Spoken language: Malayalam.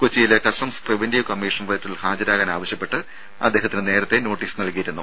കൊച്ചിയിലെ കസ്റ്റംസ് പ്രിവന്റീവ് കമ്മീഷണറേറ്റിൽ ഹാജരാകാൻ ആവശ്യപ്പെട്ട് അദ്ദേഹത്തിന് നേരത്തെ നോട്ടീസ് നൽകിയിരുന്നു